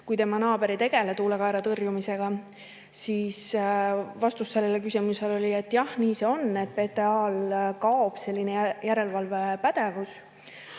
kui tema naaber ei tegele tuulekaera tõrjumisega. Vastus sellele küsimusele oli, et jah, nii see on, PTA‑l kaob selline järelevalvepädevus.